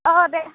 अ दे